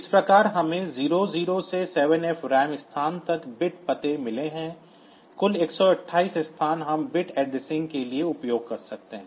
इस प्रकार हमें 00 से 7F RAM स्थान तक बिट पते मिले हैं कुल 128 स्थान हम बिट एड्रेसिंग के लिए उपयोग कर सकते हैं